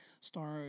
start